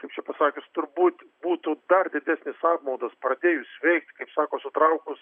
kaip čia pasakius turbūt būtų dar didesnis apmaudas pradėjus veikt kaip sako sutraukus